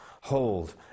hold